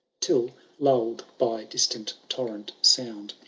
till, luird by distant torrent sound.